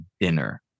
dinner